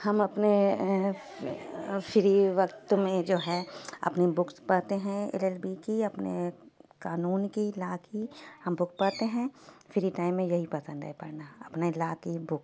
ہم اپنے فری وقت میں جو ہے اپنی بکس پڑھتے ہیں ایل ایل بی کی اپنے قانون کی لا کی ہم بک پڑھتے ہیں فری ٹائم میں یہی پسند ہے پڑھنا اپنے لا کی بک